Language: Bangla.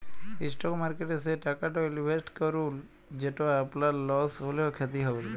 ইসটক মার্কেটে সে টাকাট ইলভেসেট করুল যেট আপলার লস হ্যলেও খ্যতি হবেক লায়